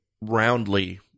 roundly